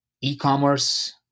E-commerce